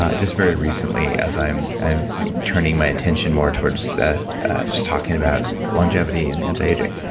um just very recently as i'm i mean turning my attention more towards just talking about longevity and anti-aging,